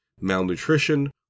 Malnutrition